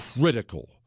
critical